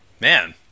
Man